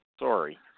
Sorry